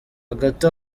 hagati